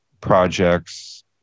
projects